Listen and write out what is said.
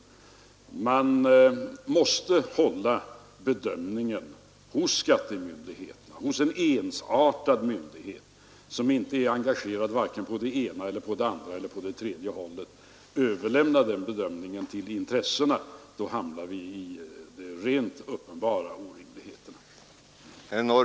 Man måste hålla bedömningen hos skattemyndigheterna, hos en ensartad myndighet, som inte är engagerad på vare sig det ena eller det andra eller det tredje hållet. Överlämnas bedömningen till intressena, då hamnar vi i rent uppenbara orimligheter.